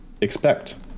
expect